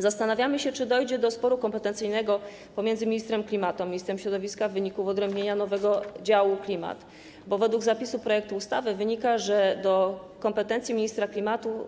Zastanawiamy się, czy dojdzie do sporu kompetencyjnego pomiędzy ministrem klimatu a ministrem środowiska w wyniku wyodrębnienia nowego działu klimat, bo z zapisów projektu ustawy wynika, że do kompetencji ministra klimatu